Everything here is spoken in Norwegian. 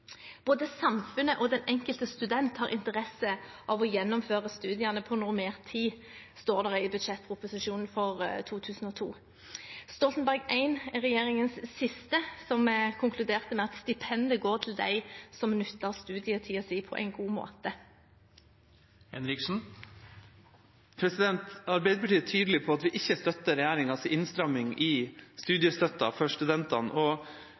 samfunnet og den enkelte student har interesse av å gjennomføre studiane på normert tid», står det i budsjettproposisjonen for 2001–2002, Stoltenberg I-regjeringens siste, som konkluderte med: «Stipendet går til dei som nyttar studietida si på ein god måte.» Arbeiderpartiet er tydelig på at vi ikke støtter regjeringas innstramming i studiestøtten for studentene, og